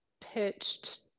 pitched